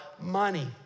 Money